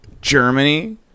Germany